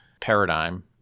paradigm